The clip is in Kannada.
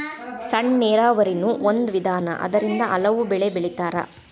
ಸಣ್ಣ ನೇರಾವರಿನು ಒಂದ ವಿಧಾನಾ ಅದರಿಂದ ಹಲವು ಬೆಳಿ ಬೆಳಿತಾರ